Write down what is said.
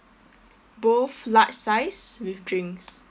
both large size with drinks